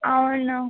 అవును